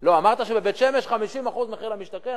לא אמרת שבבית-שמש 50% מחיר למשתכן?